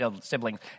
siblings